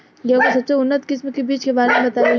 गेहूँ के सबसे उन्नत किस्म के बिज के बारे में बताई?